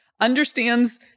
understands